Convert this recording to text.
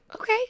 Okay